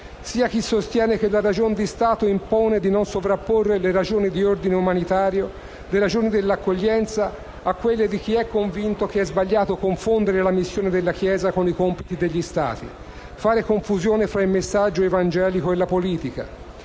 sia chi sostiene che la ragion di Stato impone di non sovrapporre le ragioni di ordine umanitario e le ragioni dell'accoglienza a quelle di chi è convinto che è sbagliato confondere la missione della Chiesa con i compiti degli Stati, fare confusione fra il messaggio evangelico e la politica,